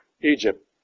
Egypt